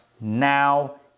Now